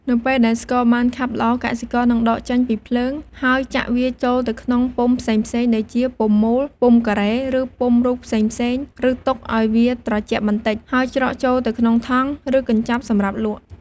នៅពេលដែលស្ករបានខាប់ល្អ កសិករនឹងដកចេញពីភ្លើង ហើយចាក់វាចូលទៅក្នុងពុម្ពផ្សេងៗ ដូចជាពុម្ពមូល ពុម្ពការ៉េ ឬពុម្ពរូបផ្សេងៗ ឬទុកឱ្យវាត្រជាក់បន្តិច ហើយច្រកចូលទៅក្នុងថង់ ឬកញ្ចប់សម្រាប់លក់។